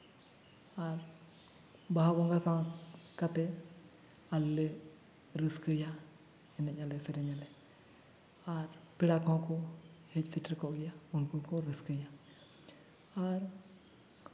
ᱟᱨ ᱵᱟᱦᱟ ᱵᱚᱸᱜᱟ ᱥᱟᱶ ᱠᱟᱛᱮᱫ ᱟᱞᱮ ᱞᱮ ᱨᱟᱹᱥᱠᱟᱹᱭᱟ ᱮᱱᱮᱡ ᱟᱞᱮ ᱥᱮᱨᱮᱧᱟᱞᱮ ᱟᱨ ᱯᱮᱲᱟ ᱠᱚᱦᱚᱸ ᱠᱚ ᱦᱮᱡ ᱥᱮᱴᱮᱨ ᱠᱚᱜ ᱜᱮᱭᱟ ᱩᱱᱠᱩ ᱠᱚ ᱨᱟᱹᱥᱠᱟᱹᱭᱟ ᱟᱨ